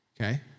Okay